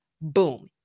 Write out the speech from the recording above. Boom